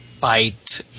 bite